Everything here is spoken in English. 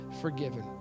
forgiven